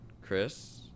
Chris